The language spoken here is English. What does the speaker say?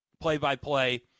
play-by-play